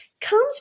comes